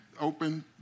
open